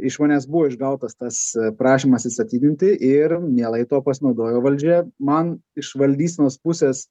iš manęs buvo išgautas tas prašymas atsistatydinti ir mielai tuo pasinaudojo valdžia man iš valdysenos pusės